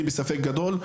אני בספק גדול,